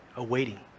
awaiting